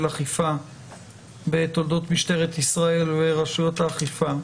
אכיפה בתולדות משטרת ישראל ורשויות האכיפה,